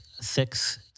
six